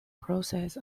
proceeds